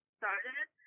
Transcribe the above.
started